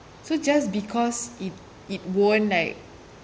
so just because it it won't like